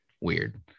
weird